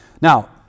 Now